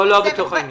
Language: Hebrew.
לא, לא בתוך העניין.